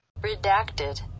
Redacted